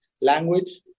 language